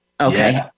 Okay